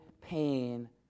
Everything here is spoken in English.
pain